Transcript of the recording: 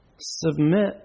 Submit